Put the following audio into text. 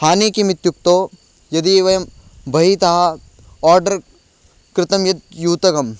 हानिः किम् इत्युक्तौ यदि वयं बहितः आर्डर् कृतं यत् युतकम्